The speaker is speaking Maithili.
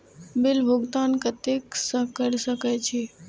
बिल भुगतान केते से कर सके छी?